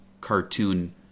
cartoon